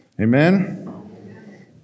Amen